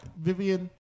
Vivian